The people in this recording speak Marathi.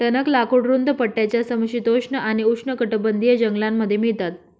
टणक लाकूड रुंद पट्ट्याच्या समशीतोष्ण आणि उष्णकटिबंधीय जंगलांमध्ये मिळतात